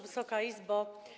Wysoka Izbo!